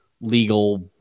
legal